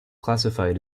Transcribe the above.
classified